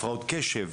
הפרעות קשב,